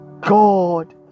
God